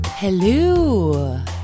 Hello